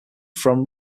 from